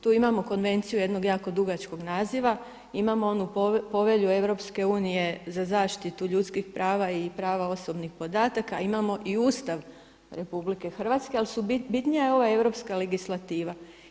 Tu imamo konvenciju jednog jako dugačkog naziva, imamo onu povelju EU za zaštitu ljudskih prava i prava osobnih podataka, imamo i Ustav RH ali bitnija je ova europska legislativa.